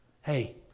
Hey